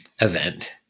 event